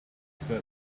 bedroom